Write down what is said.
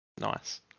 Nice